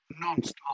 non-stop